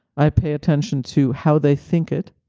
i pay attention to how they think it,